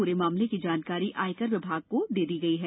पूरे मामले की जानकारी आयकर विभाग को भी दे दी गई है